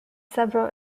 several